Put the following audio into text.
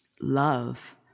love